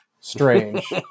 strange